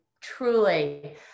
truly